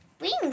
wings